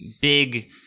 big